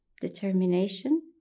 determination